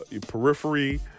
periphery